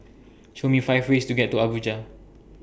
Show Me five ways to get to Abuja